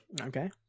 Okay